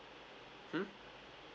hmm